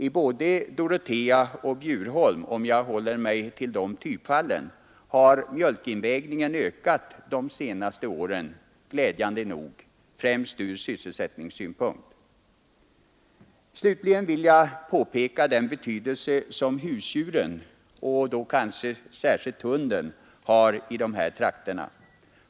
I både Dorotea och Bjurholm — om jag håller mig till de typfallen — har mjölkinvägningen ökat de senaste åren, vilket är glädjande, främst ur sysselsättningssynpunkt. Slutligen vill jag peka på den betydelse som husdjuren, kanske mest hunden, har i dessa trakter.